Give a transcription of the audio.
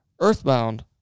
Earthbound